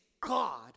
God